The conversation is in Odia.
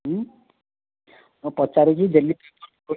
ମୁଁ ପଚାରୁଛି ଡେଲି